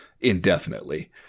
indefinitely